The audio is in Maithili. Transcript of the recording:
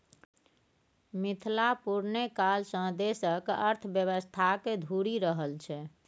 मिथिला पुरने काल सँ देशक अर्थव्यवस्थाक धूरी रहल छै